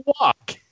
walk